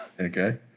Okay